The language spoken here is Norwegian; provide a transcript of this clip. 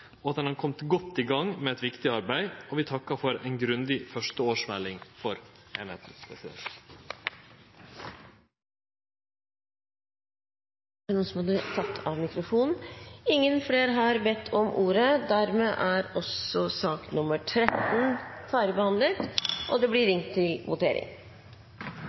og at ein har kome godt i gang med eit viktig arbeid. Vi takkar for ei grundig første årsmelding for eininga. Flere har ikke bedt om ordet til sak nr. 13. Stortinget er da klare til å gå til votering.